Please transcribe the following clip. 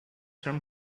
from